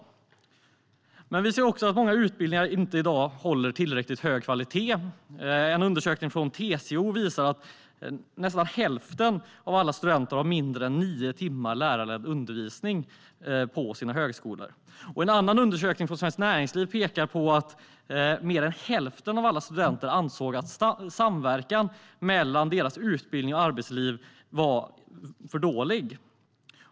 Vi ser också att många utbildningar inte håller tillräckligt hög kvalitet. En undersökning från TCO visar att nästan hälften av alla studenter har mindre än nio timmar lärarledd undervisning på högskolan. En annan undersökning, från Svenskt Näringsliv, visar att mer än hälften av alla studenter anser att samverkan mellan deras utbildning och arbetslivet är för dålig.